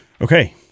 Okay